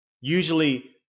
usually